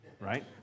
right